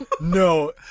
No